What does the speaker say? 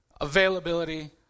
availability